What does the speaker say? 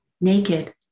naked